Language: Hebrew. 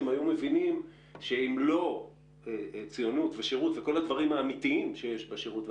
הם היו מבינים שאם לא ציונות ושירות וכל הדברים האמיתיים שיש בשירות,